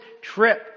trip